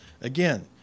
again